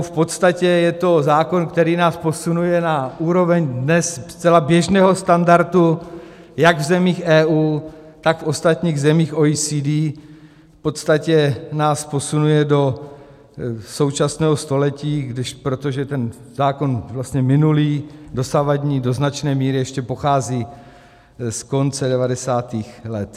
V podstatě je to zákon, který nás posunuje na úroveň dnes zcela běžného standardu jak v zemích EU, tak v ostatních zemích OECD, v podstatě nás posunuje do současného století, protože ten zákon minulý, dosavadní, do značné míry ještě pochází z konce devadesátých let.